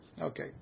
Okay